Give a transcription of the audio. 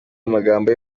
amagambo